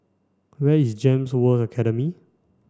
where is GEMS World Academy